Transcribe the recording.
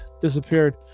disappeared